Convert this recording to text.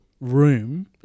room